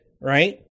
right